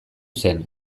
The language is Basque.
zen